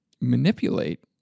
manipulate